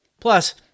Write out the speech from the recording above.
Plus